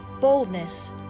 boldness